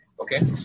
Okay